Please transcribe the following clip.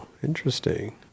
Interesting